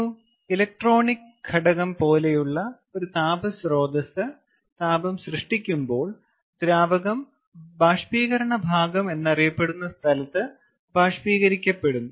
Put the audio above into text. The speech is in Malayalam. ഒരു ഇലക്ട്രോണിക് ഘടകം പോലെയുള്ള ഒരു താപ സ്രോതസ്സ് താപം സൃഷ്ടിക്കുമ്പോൾ ദ്രാവകം ബാഷ്പീകരിക്കണ ഭാഗം എന്നറിയപ്പെടുന്ന സ്ഥലത്ത് ബാഷ്പീകരിക്കപ്പെടുന്നു